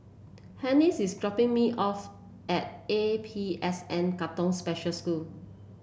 Hessie is dropping me off at A P S N Katong Special School